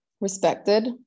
respected